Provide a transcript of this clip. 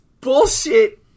bullshit